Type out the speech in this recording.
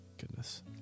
Goodness